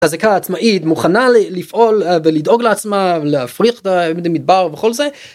חזקה, עצמאית, מוכנה לפעול ולדאוג לעצמה להפריך את המדבר וכל זה.